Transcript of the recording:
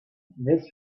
this